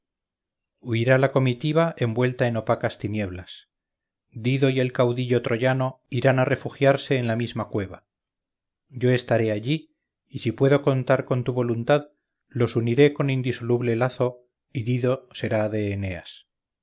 cerquen de empalizadas huirá la comitiva envuelta en opacas tinieblas dido y el caudillo troyano irán a refugiarse en la misma cueva yo estaré allí y si puedo contar con tu voluntad los uniré con indisoluble lazo y dido será de eneas